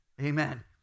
Amen